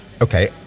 okay